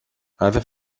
other